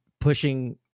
pushing